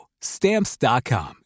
Stamps.com